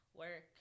work